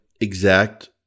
exact